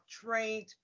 trained